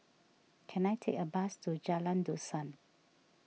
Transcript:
can I take a bus to Jalan Dusun